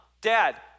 dad